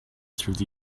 through